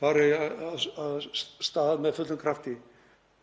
fari af stað með fullum krafti